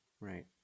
right